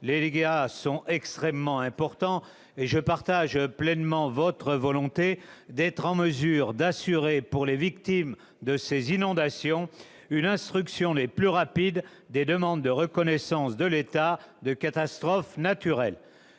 les dégâts sont extrêmement importants. Je partage donc pleinement votre volonté d'assurer, pour les victimes de ces inondations, une instruction très rapide des demandes de reconnaissance de l'état de catastrophe naturelle.